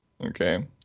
Okay